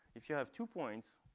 if you have two points,